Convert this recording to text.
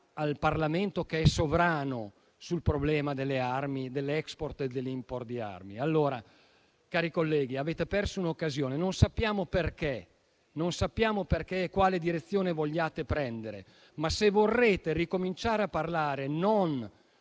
al Parlamento, che è sovrano sul problema delle armi, dell'*export* e dell'*import* di armi. Cari colleghi, avete perso un'occasione. Non sappiamo perché e non sappiamo quale direzione vogliate prendere, ma se vorrete ricominciare a parlare non